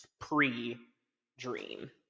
pre-dream